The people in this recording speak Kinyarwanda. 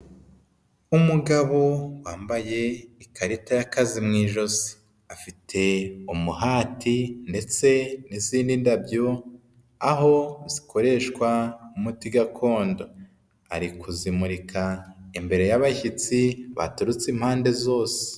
Umugabo wambaye ikarita y'akazi mu ijosi afite umuhati ndetse n'izindi ndabyo, aho zikoreshwa nk'umuti gakondo ari kuzimurika imbere y'abashyitsi baturutse impande zose.